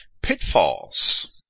pitfalls